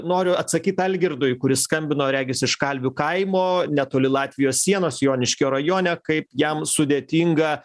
noriu atsakyt algirdui kuris skambino regis iš kalvių kaimo netoli latvijos sienos joniškio rajone kaip jam sudėtinga